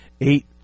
Eight